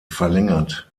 verlängert